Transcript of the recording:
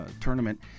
tournament